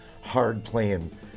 hard-playing